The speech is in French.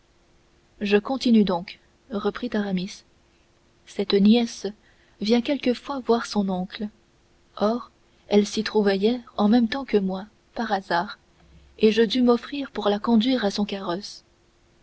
je continue donc reprit aramis cette nièce vient quelquefois voir son oncle or elle s'y trouvait hier en même temps que moi par hasard et je dus m'offrir pour la conduire à son carrosse